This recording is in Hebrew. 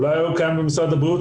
אולי הוא קיים במשרד הבריאות,